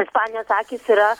ispanijos akys yra